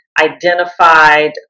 identified